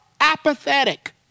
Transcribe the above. apathetic